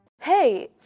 Hey